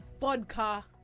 vodka